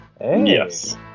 Yes